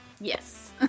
Yes